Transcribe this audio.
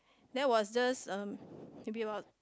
that was just a maybe about